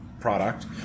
product